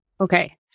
Okay